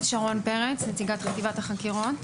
שרון פרץ, נציגת חטיבת החקירות.